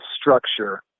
structure